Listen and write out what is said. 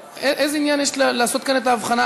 איזה עניין יש לעשות כאן את ההבחנה?